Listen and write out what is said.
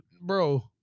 bro